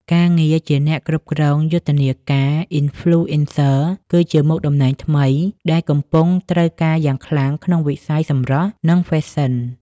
ការងារជាអ្នកគ្រប់គ្រងយុទ្ធនាការអ៊ីនហ្វ្លូអិនស័រគឺជាមុខតំណែងថ្មីដែលកំពុងត្រូវការយ៉ាងខ្លាំងក្នុងវិស័យសម្រស់ និងហ្វេសិន។